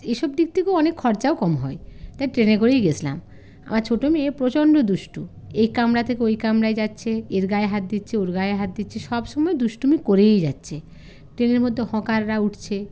এসব দিক থেকেও অনেক খরচাও কম হয় তাই ট্রেনে করেই গেছিলাম আমার ছোটো মেয়ে প্রচণ্ড দুষ্টু এই কামরা থেকে ওই কামরায় যাচ্ছে এর গায়ে হাত দিচ্ছে ওর গায়ে হাত দিচ্ছে সব সময় দুষ্টুমি করেই যাচ্ছে ট্রেনের মধ্যে হকাররা উঠছে